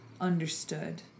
understood